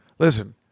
Listen